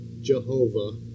Jehovah